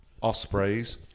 Ospreys